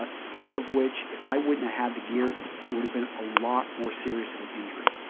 but three of which, if i wouldnit have the gear, it would have been a lot more serious of an injury.